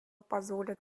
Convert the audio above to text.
позволят